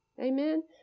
amen